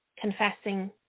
confessing